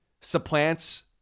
supplants